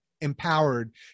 empowered